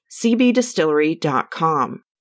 cbdistillery.com